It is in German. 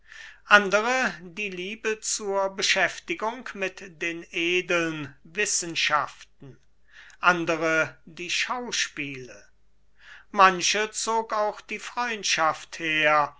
andere die liebe zur beschäftigung mit den edeln wissenschaften andere die schauspiele manche zog auch die freundschaft her